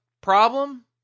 problem